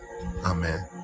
amen